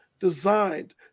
designed